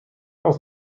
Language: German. aus